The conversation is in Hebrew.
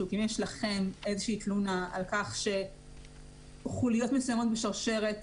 אם יש לכם איזה תלונה על כך שחוליות מסוימות בשרשרת